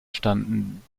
standen